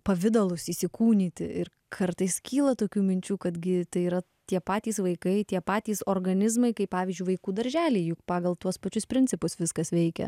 pavidalus įsikūnyti ir kartais kyla tokių minčių kad gi tai yra tie patys vaikai tie patys organizmai kaip pavyzdžiui vaikų darželiai juk pagal tuos pačius principus viskas veikia